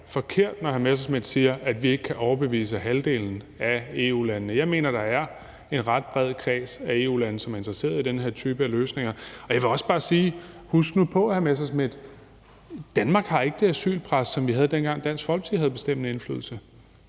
forkert, når hr. Morten Messerschmidt siger, at vi ikke kan overbevise halvdelen af EU-landene. Jeg mener, at der er en ret bred kreds af EU-lande, som er interesserede i den her type af oplysninger, og jeg vil også bare sige, at hr. Morten Messerschmidt skal huske på, at Danmark ikke har det asylpres, som vi havde, dengang Dansk Folkeparti havde bestemmende indflydelse.